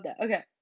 Okay